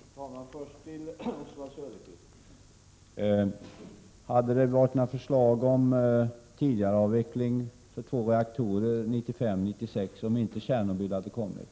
Fru talman! Oswald Söderqvist frågade om det hade kommit några förslag om tidigare avveckling av två reaktorer 1995/96 ifall Tjernobylolyckan inte hade hänt.